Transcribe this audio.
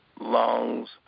lungs